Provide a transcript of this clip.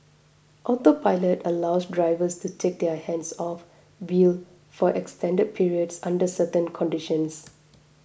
autopilot allows drivers to take their hands off wheel for extended periods under certain conditions